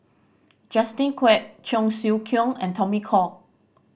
Justin Quek Cheong Siew Keong and Tommy Koh